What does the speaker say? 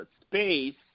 space